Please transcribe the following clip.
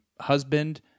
husband